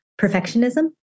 perfectionism